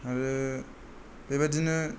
आरो बेबादिनो